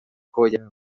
colla